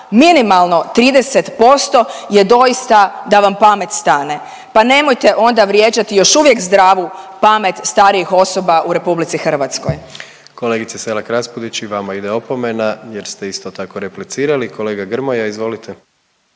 minimalno 30% je doista da vam pamet stane. Pa nemojte onda vrijeđati još uvijek zdravu pamet starijih osoba u RH. **Jandroković, Gordan (HDZ)** Kolegice Selak Raspudić i vama ide opomena jer ste isto tako replicirali. Kolega Grmoja izvolite.